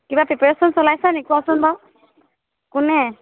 কিবা প্ৰিপেৰেশ্বন চলাইছা নেকি কোৱাচোন বাৰু কোনে